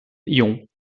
ions